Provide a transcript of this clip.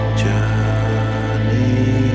journey